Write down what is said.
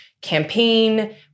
campaign